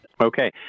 Okay